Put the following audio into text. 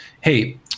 Hey